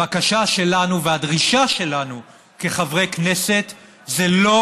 הבקשה שלנו והדרישה שלנו כחברי כנסת זה לא